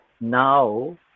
now